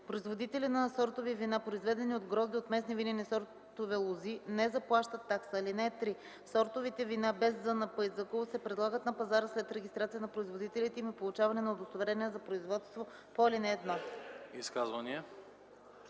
Производители на сортови вина, произведени от грозде от местни винени сортове лози, не заплащат такса. (3) Сортовите вина без ЗНП и ЗГУ се предлагат на пазара след регистрация на производителите им и получаване на удостоверение за производство по ал.